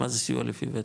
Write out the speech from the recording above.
מה זה סיוע לפי וותק?